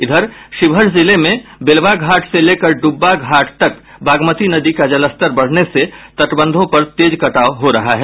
इधर शिवहर जिले में बेलवाघाट से लेकर डुब्बाघाट तक बागमती नदी का जलस्तर बढ़ने से तटबंधों पर तेज कटाव हो रहा है